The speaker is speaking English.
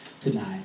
tonight